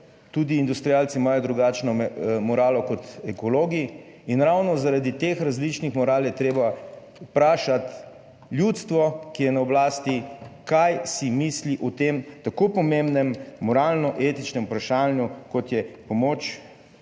Tudi industrialci imajo drugačno moralo kot ekologi in ravno, zaradi teh različnih moral je treba vprašati ljudstvo, ki je na oblasti, kaj si misli o tem tako pomembnem moralno etičnem vprašanju, kot je pomoč